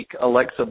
Alexa